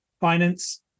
finance